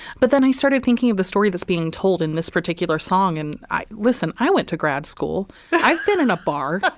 but then i started thinking of the story that's being told in this particular song and i listen. i went to grad school i've been in a bar.